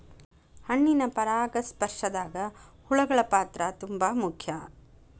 ಹಣ್ಣಿನ ಪರಾಗಸ್ಪರ್ಶದಾಗ ಹುಳಗಳ ಪಾತ್ರ ತುಂಬಾ ಮುಖ್ಯ